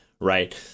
right